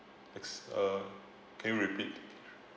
ex~ uh can you repeat